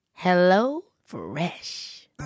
HelloFresh